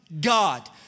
God